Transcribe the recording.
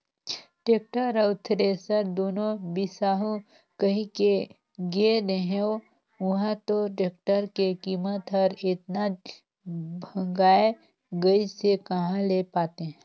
tractor अउ thresher दुनो बिसाहू कहिके गे रेहेंव उंहा तो टेक्टर के कीमत हर एतना भंगाए गइस में कहा ले पातें